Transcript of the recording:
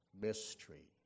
mystery